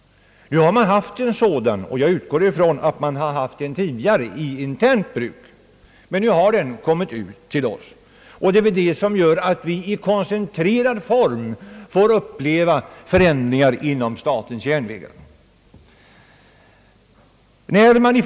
Nu har man haft en sådan, och jag utgår från att man har haft en även tidigare för internt bruk. Nu har den emellertid kommit ut till oss, och det är väl det som gör att vi i koncentrerad form så starkt upplever förändringarna inom statens järnvägar.